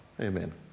Amen